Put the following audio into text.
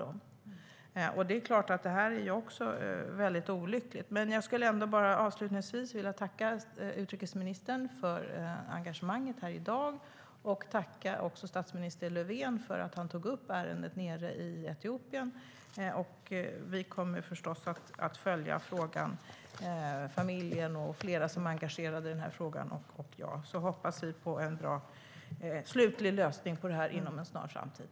Det är klart att det också är väldigt olyckligt. Avslutningsvis vill jag tacka utrikesministern för engagemanget här i dag, och jag vill också tacka statsminister Löfven för att han tog upp ärendet i Etiopien. Familjen, jag och flera andra som är engagerade i frågan kommer förstås att fortsätta följa den. Vi hoppas på en bra slutlig lösning inom en snar framtid.